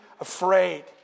afraid